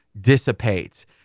dissipates